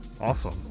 Awesome